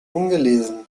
ungelesen